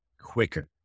quicker